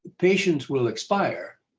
patience will expire